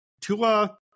Tua